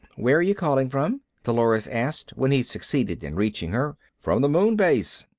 where are you calling from? dolores asked, when he succeeded in reaching her. from the moon base.